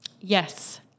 yes